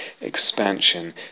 expansion